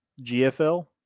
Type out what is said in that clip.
GFL